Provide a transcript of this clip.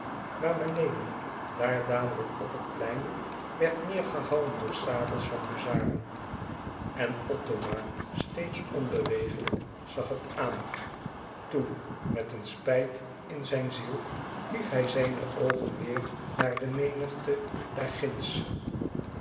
maar melena daar dadelijk op het plein werd neêrgehouwen door sabels van huzaren en othomar steeds onbewegelijk zag het aan toen met een spijt in zijn ziel hief hij zijn oogen weêr naar de menigte